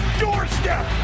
doorstep